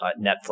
Netflix